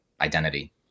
identity